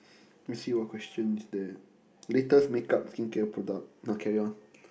let's see what question is there latest make up skincare product nah carry on